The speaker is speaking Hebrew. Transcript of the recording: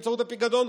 באמצעות הפיקדון,